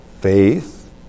faith